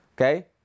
okay